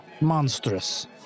monstrous